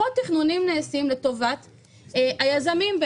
אלא לטובת היזמים.